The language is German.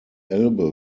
elbe